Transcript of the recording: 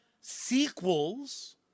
sequels